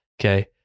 okay